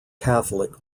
catholic